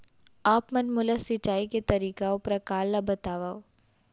आप मन मोला सिंचाई के तरीका अऊ प्रकार ल बतावव?